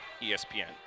ESPN